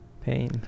Pain